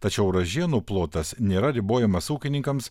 tačiau ražienų plotas nėra ribojamas ūkininkams